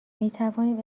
میتوانیم